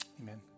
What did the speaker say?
amen